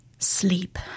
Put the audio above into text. Sleep